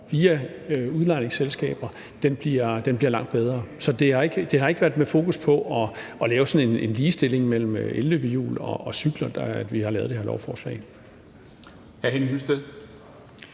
via udlejningsselskaber bliver langt bedre. Så det har ikke været med fokus på at lave sådan en ligestilling mellem elløbehjul og cykler, at vi har lavet det her lovforslag.